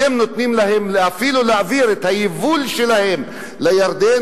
אתם נותנים להם אפילו להעביר את היבול שלהם לירדן,